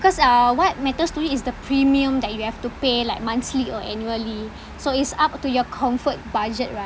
uh what matters to it is the premium that you have to pay like monthly or annually so it's up to your comfort budget right